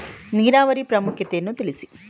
ನೀರಾವರಿಯ ಪ್ರಾಮುಖ್ಯತೆ ಯನ್ನು ತಿಳಿಸಿ?